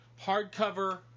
hardcover